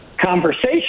conversation